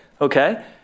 Okay